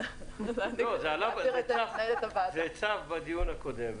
צף בדיון הקודם.